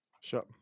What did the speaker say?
sure